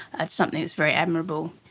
that's something that's very admirable.